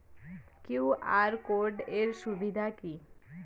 QR code এর সুবিধা কি?